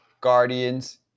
Guardians